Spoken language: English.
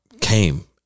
came